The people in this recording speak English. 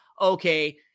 Okay